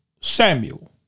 Samuel